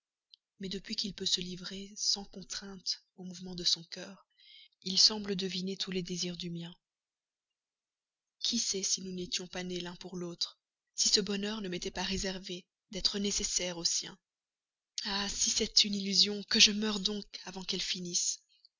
mais depuis qu'il peut se livrer sans contrainte aux mouvements de son cœur il semble deviner tous les désirs du mien qui sait si nous n'étions pas nés l'un pour l'autre si ce bonheur ne m'était pas réservé d'être nécessaire au sien ah si c'est une illusion que je meure donc avant qu'elle finisse